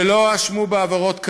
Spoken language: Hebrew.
שלא הואשמו בעבירות קלות,